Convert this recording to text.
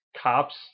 Cops